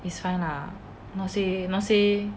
is fine lah not say not say